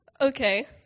Okay